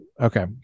Okay